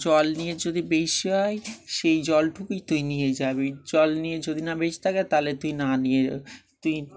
জল নিয়ে যদি বেশি হয় সেই জলটুকুই তুই নিয়ে যাবি জল নিয়ে যদি না বেশি থাকে তাহলে তুই না নিয়ে যাব তুই